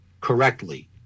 correctly